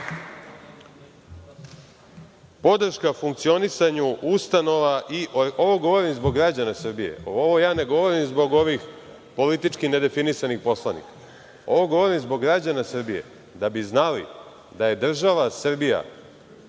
dinara. Podrška funkcionisanju ustanova, ovo govorim zbog građana Srbije, ovo ne govorim zbog ovih politički nedefinisanih poslanika, ovo govorim zbog građana Srbije, da bi znali da je država Srbija